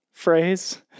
Phrase